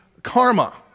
karma